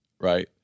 right